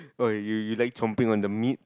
oh you you like chomping on the meat